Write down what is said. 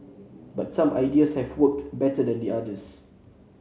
but some ideas have worked better than the others